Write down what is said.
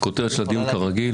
הכותרת של הדיון כרגיל,